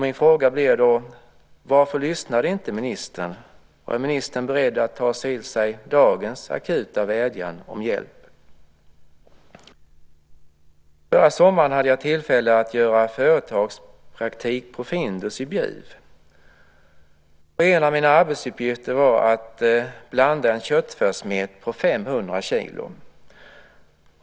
Min fråga blir då: Varför lyssnade inte ministern? Och är ministern beredd att ta till sig dagens akuta vädjan om hjälp? Förra sommaren hade jag tillfälle att göra företagspraktik på Findus i Bjuv. En av mina arbetsuppgifter var att blanda en köttfärssmet på 500 kilo.